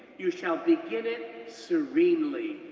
you shall begin it serenely,